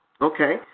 Okay